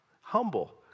Humble